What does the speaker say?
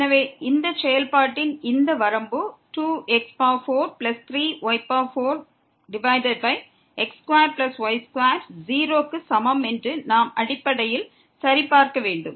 எனவே இந்த செயல்பாட்டின் இந்த வரம்பு 2x43y4x2y2 0 க்கு சமம் என்று நாம் அடிப்படையில் சரிபார்க்க வேண்டும்